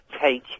take